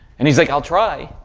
and he's like, i'll try